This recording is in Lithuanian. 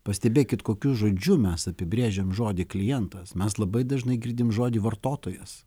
pastebėkit kokiu žodžiu mes apibrėžiam žodį klientas mes labai dažnai girdim žodį vartotojas